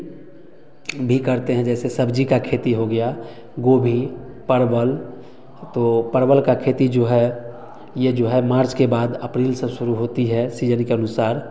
भी करते हैं जैसे सब्ज़ी का खेती हो गया गोभी परवल तो परवल का खेती जो है यह जो है मार्च के बाद अप्रैल से शुरू होती है सीजन के अनुसार